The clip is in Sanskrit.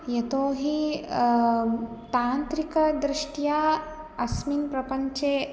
यतोऽहि तान्त्रिकदृष्ट्या अस्मिन् प्रपञ्चे